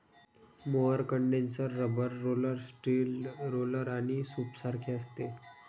mower condenser rubber roller, steel roller आणि सूपसारखे असते